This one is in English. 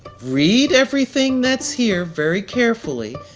read everything that's here very carefully.